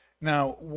now